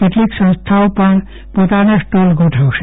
કેટલીક સંસ્થાઓ પણ પોતાના સ્ટોલ ગોઠવશે